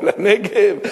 לנגב?